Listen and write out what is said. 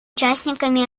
участниками